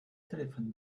telephone